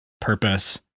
purpose